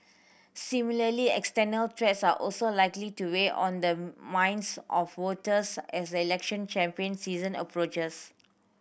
similarly external threats are also likely to weigh on the minds of voters as the election campaign season approaches